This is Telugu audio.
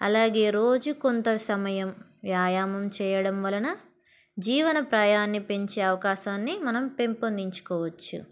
అలాగే రోజు కొంత సమయం వ్యాయామం చేయడం వలన జీవన ప్రయాణి పెంచే అవకాశాన్ని మనం పెంపొందించుకోవచ్చు